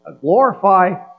glorify